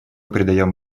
придаем